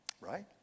Right